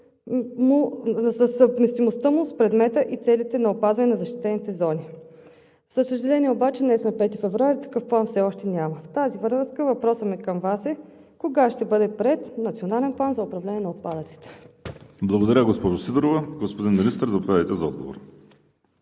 съвместимостта му с предмета и целите на опазване на защитените зони. За съжаление обаче, днес сме 5 февруари, такъв план все още няма. В тази връзка въпросът ми към Вас е: кога ще бъде приет Национален план за управление на отпадъците? ПРЕДСЕДАТЕЛ ВАЛЕРИ СИМЕОНОВ: Благодаря, госпожо Сидорова. Господин Министър, заповядайте за отговор.